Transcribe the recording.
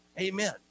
Amen